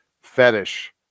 fetish